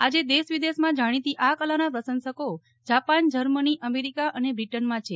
આજે દેશ વિદેશમાં જાણિતી આ કલાનાં પ્રસંશકો જાપાનજર્મનીઅમેરિકા અને બ્રિટનમાં છે